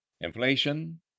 Inflation